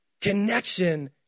connection